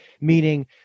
meaning